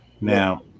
Now